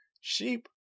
Sheep